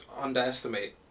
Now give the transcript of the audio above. underestimate